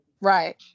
Right